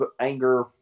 anger